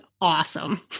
awesome